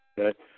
Okay